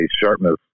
sharpness